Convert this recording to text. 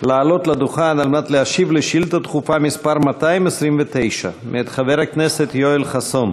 לעלות לדוכן להשיב על שאילתה דחופה מס' 229 מאת חבר הכנסת יואל חסון.